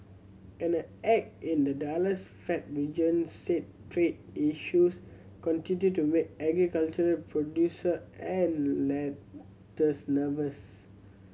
and a egg in the Dallas Fed region said trade issues continue to make agricultural producer and lenders nervous